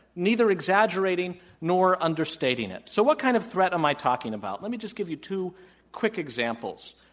neither exaggerating nor understating it. so, what kind of threat am i talking about? let me just give you two quick examples.